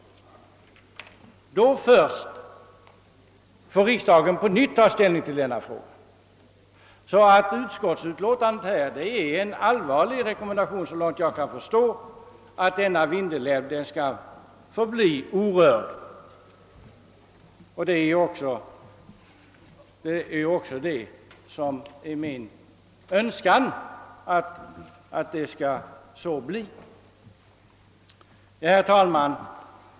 Då först bör riksdagen på nytt få ta ställning till frågan. Utskottsutlåtandet är, såvitt jag kan förstå, en allvarlig rekommendation att Vindelälven skall förbli orörd. Det är också min önskan att så skall ske. Herr talman!